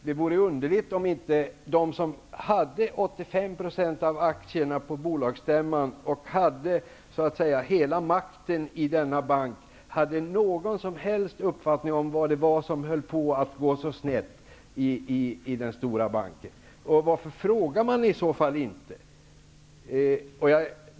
Det vore underligt om inte de som hade 85 % av aktierna på bolagsstämman och hela makten i denna bank, hade någon som helst uppfattning om vad som höll på att gå så snett i den stora banken. Varför frågade man i så fall inte?